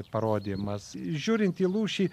parodymas žiūrint į lūšį